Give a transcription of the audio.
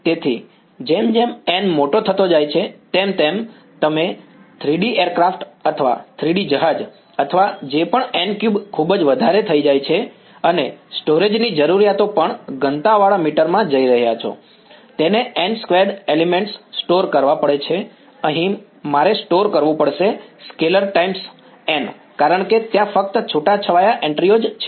તેથી જેમ જેમ n મોટો થતો જાય છે તેમ તેમ તમે 3 D એરક્રાફ્ટ અથવા 3 D જહાજ અથવા જે પણ n3 ખૂબ જ વધારે થઈ જાય છે અને સ્ટોરેજ ની જરૂરિયાતો પણ ઘનતાવાળા મીટરમાં જઈ રહ્યા છો તેને n સ્ક્વેર્ડ એલિમેન્ટ્સ સ્ટોર કરવા પડે છે અહીં મારે સ્ટોર કરવું પડશે સ્કેલર ટાઇમ્સ n કારણ કે ત્યાં ફક્ત છૂટાછવાયા એન્ટ્રીઓ જ છે